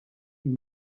plus